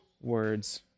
words